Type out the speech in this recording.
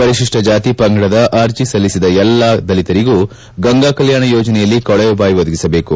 ಪರಿತಿಷ್ಲ ಜಾತಿ ಪಂಗಡದ ಅರ್ಜಿ ಸಲ್ಲಿಸಿದ ಎಲ್ಲಾ ದಲಿತರಿಗೂ ಗಂಗಾ ಕಲ್ಲಾಣ ಯೋಜನೆಋಲ್ಲಿ ಕೊಳವೆ ಬಾವಿ ಒದಗಿಸಬೇಕು